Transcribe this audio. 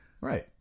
Right